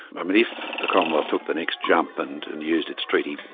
i mean, if the commonwealth took the next jump and and used its treaty,